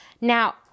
Now